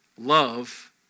Love